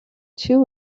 two